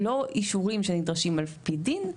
לא אישורים שנדרשים על פי דין,